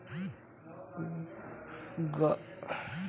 गर हम कोई खुदरा सवदा मारकेट मे बेच सखेला कि न?